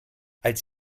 als